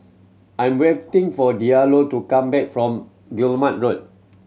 I'm waiting for Diallo to come back from Guillemard Road